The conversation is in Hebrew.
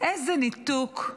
איזה ניתוק,